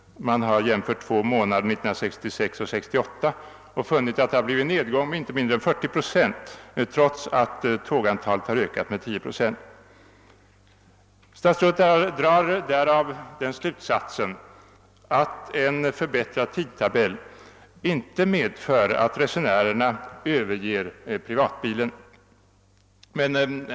Man har jämfört två månader 1966 och 1968 och funnit en nedgång på inte mindre än 40 procent, trots att tågantalet har ökat med 10 procent. Statsrådet drar därav den slutsatsen att en förbättrad tidtabell inte medför att resenärerna överger privatbilen.